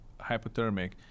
hypothermic